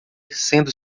sendo